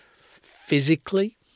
physically